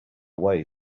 way